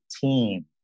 team